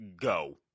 go